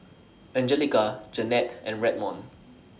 Angelica Jennette and Redmond